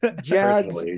Jags